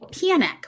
Panic